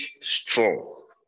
strong